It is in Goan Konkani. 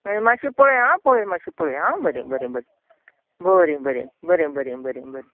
आनी मात्शें पळय आं पळय मात्शें पळय आं बरें बरें बरें बरें बरें बरें बरें बरें बरें